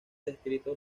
descrito